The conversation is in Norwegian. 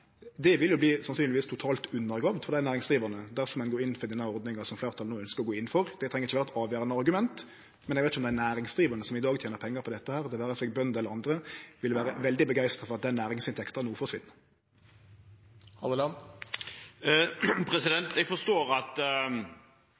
Det vil sannsynlegvis verte totalt undergrave for dei næringsdrivande dersom ein går inn for den ordninga som fleirtalet no ønskjer å gå inn for. Det treng ikkje å vere eit avgjerande argument, men eg veit ikkje om dei næringsdrivande som i dag tener pengar på dette, det vere seg bønder eller andre, vil verte veldig begeistra for at den næringsinntekta no forsvinn.